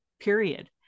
period